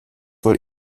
voll